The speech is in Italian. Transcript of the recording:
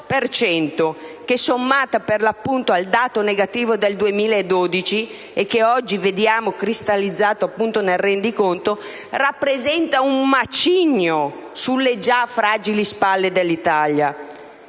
che, sommati al dato negativo del 2012, che oggi vediamo cristallizzato nel rendiconto, rappresentano un macigno sulle già fragili spalle dell'Italia.